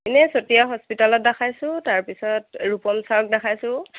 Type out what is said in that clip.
এনেই চতিয়া হস্পিটেলত দেখাইছোঁ তাৰপিছত ৰূপল ছাৰক দেখাইছোঁ